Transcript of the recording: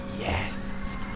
yes